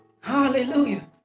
Hallelujah